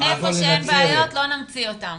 איפה שאין בעיות, לא נמציא אותן.